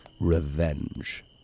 revenge